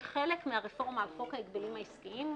שחלק מהרפורמה על חוק ההגבלים העסקיים,